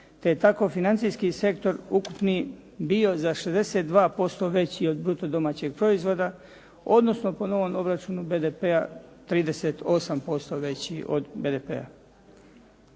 te je tako financijski sektor ukupni bio za 62% veći od bruto domaćeg proizvoda, odnosno po novom obračunu BDP-a 38% veći od BDP-a.